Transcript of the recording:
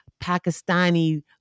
pakistani